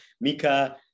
Mika